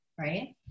right